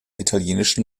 italienischen